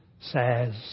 says